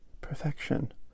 perfection